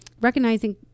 recognizing